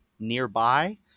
nearby